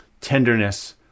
tenderness